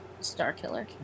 Starkiller